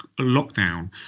lockdown